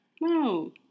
No